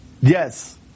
Yes